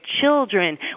children